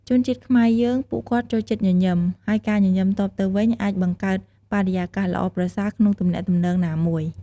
ជនជាតិខ្មែរយើងពួកគាត់ចូលចិត្តញញឹម ហើយការញញឹមតបទៅវិញ អាចបង្កើតបរិយាកាសល្អប្រសើរក្នុងទំនាក់ទំនងណាមួយ។